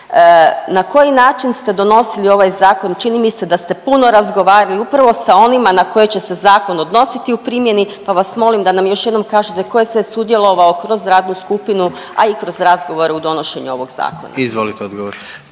Na koji način ste donosili ovaj zakon čini mi se da ste puno razgovarali upravo sa onima na koje će se zakon odnositi u primjeni, pa vas molim da nam još jednom kažete tko je sve sudjelovao kroz radnu skupinu, a i kroz razgovore u donošenju ovog zakona. **Jandroković,